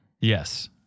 Yes